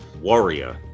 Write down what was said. warrior